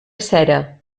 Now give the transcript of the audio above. cera